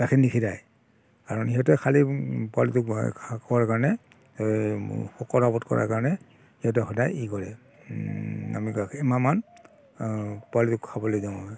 গাখীৰ নিখীৰায় কাৰণ সিহঁতে খালি পোৱালিটোক খোৱাৰ কাৰণে এই শকত আৱত কৰাৰ কাৰণে সিহঁতে সদায় ই কৰে আমি গাখীৰ এমাহমান পোৱালিটোক খাবলৈ দিওঁ